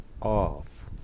off